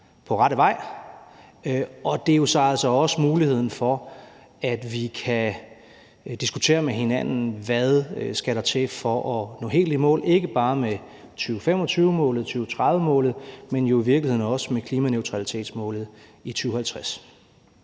på rette vej, og det er jo så altså også muligheden for, at vi kan diskutere med hinanden, hvad der skal til for at nå helt i mål, ikke bare med 2025-målet, 2030-målet, men jo i virkeligheden også med klimaneutralitetsmålet i 2050.